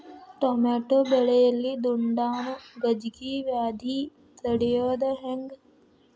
Tomato ಬೆಳೆಯಲ್ಲಿ ದುಂಡಾಣು ಗಜ್ಗಿ ವ್ಯಾಧಿ ತಡಿಯೊದ ಹೆಂಗ್?